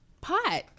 pot